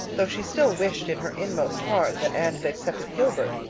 though she still wished in her inmost heart that anne had accepted gilbert.